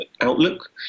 outlook